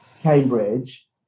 Cambridge